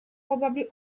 probably